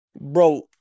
bro